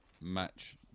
match